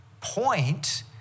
point